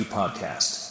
podcast